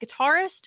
guitarist